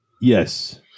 Yes